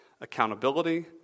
accountability